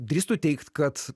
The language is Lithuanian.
drįstu teigt kad